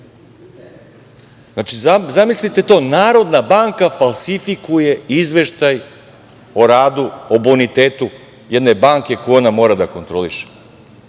prezimenjak. Zamislite to - Narodna banka falsifikuje izveštaj o radu, o bonitetu jedne banke koju ona mora da kontroliše.